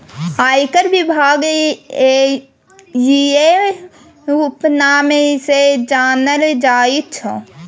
आयकर विभाग इएह उपनाम सँ जानल जाइत छै